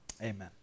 amen